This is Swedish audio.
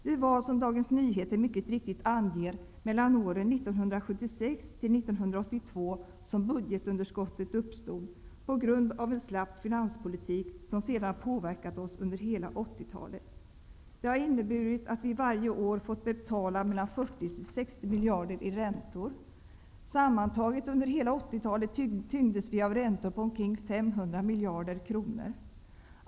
Det var, som Dagens Nyheter mycket riktigt anger, mellan åren 1976 och 1982 som budgetunderskottet uppstod, på grund av en slapp finanspolitik, som sedan har påverkat oss under hela 80-talet. Det har inneburit att vi varje år fått betala mellan 40 och 60 miljarder i räntor. Sammantaget under hela 80-talet tyngdes vi av räntor på omkring 500 miljarder kronor.